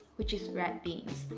which is red beans.